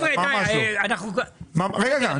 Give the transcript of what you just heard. אנחנו ערים למצב במשק,